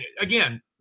again